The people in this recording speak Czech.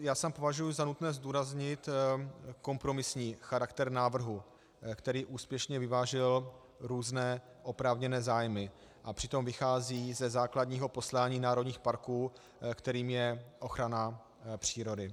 Já sám považuji za nutné zdůraznit kompromisní charakter návrhu, který úspěšně vyvážil různé oprávněné zájmy a přitom vychází ze základního poslání národních parků, kterým je ochrana přírody.